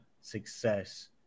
success